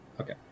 okay